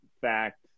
fact